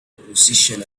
position